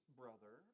brother